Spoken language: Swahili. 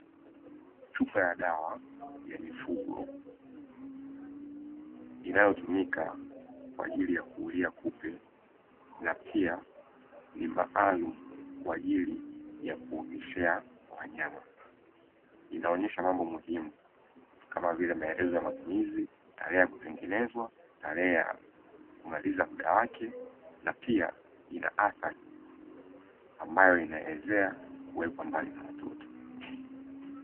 Chupa ya dawa ya mifugo inayotumika kuulia kupe na ni maalumu kwa ajili ya kuogeshea wanyama inaonyesha mambo muhimu, kama vile maelezo ya matumizi tarehe ya kutengeneza tarehe ya kumaliza muda wake na pia ina athari ambayo inaelezea kuwekwa mbali na watoto.